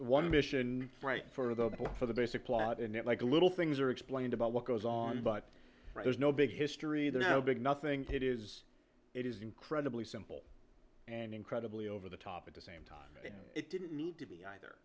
one mission right for the battle for the basic plot in it like the little things are explained about what goes on but there's no big history there no big nothing good is it is incredibly simple and incredibly over the top at the same time it didn't need to be either